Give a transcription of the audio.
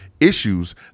issues